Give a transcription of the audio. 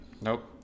Nope